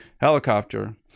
helicopter